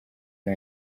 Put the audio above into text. nta